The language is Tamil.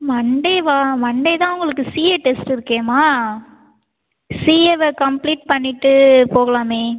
மண்டேவா மண்டே தான் உங்களுக்கு சிஏ டெஸ்ட் இருக்கேம்மா சிஏவை கம்ப்ளீட் பண்ணிவிட்டு போகலாமே